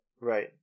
Right